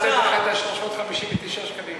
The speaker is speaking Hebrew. אני מוכן לתת לך את 359 השקלים.